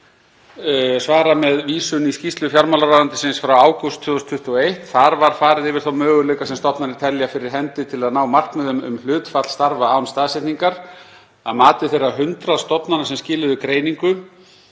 marki svara með vísun í skýrslu fjármálaráðuneytisins frá ágúst 2021. Þar var farið yfir þá möguleika sem stofnanir telja fyrir hendi til að ná markmiðum um hlutfall starfa án staðsetningar. Að mati þeirra 100 stofnana sem skiluðu greiningu